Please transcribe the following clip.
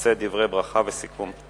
אתה מוזמן לשאת דברי ברכה וסיכום.